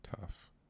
tough